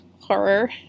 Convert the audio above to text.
horror